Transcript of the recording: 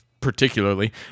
particularly